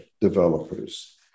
developers